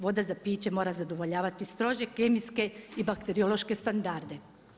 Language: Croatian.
Voda za piće mora zadovoljavati strože kemijske i bakteriološke standarde.